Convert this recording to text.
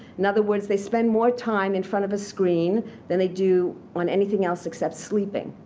in other words, they spend more time in front of a screen than they do on anything else except sleeping.